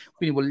Quindi